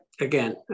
again